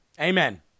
Amen